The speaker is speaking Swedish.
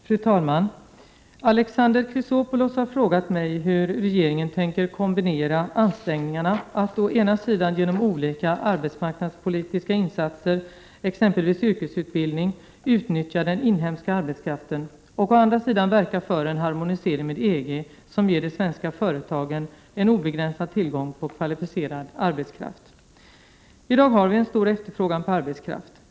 Fru talman! Alexander Chrisopoulos har frågat mig hur regeringen tänker kombinera ansträngningarna att å ena sidan genom olika arbetsmarknadspolitiska insatser, exempelvis med yrkesutbildning, utnyttja den inhemska arbetskraften och å andra sidan verka för en harmonisering med EG som ger de svenska företagen en obegränsad tillgång på kvalificerad arbetskraft. I dag har vi en stor efterfrågan på arbetskraft.